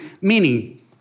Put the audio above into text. meaning